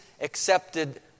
accepted